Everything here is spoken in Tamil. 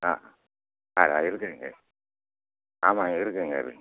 ஆ ஆ இருக்குங்க ஆமாங்க இருக்குங்க இருக்குது